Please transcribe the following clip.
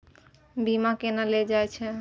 बीमा केना ले जाए छे?